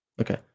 okay